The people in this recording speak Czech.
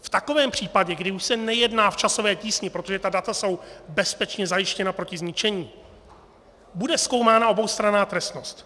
V takovém případě, kdy už se nejedná v časové tísni, protože ta data jsou bezpečně zajištěna proti zničení, bude zkoumána oboustranná trestnost.